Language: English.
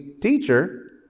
teacher